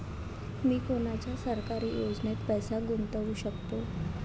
मी कोनच्या सरकारी योजनेत पैसा गुतवू शकतो?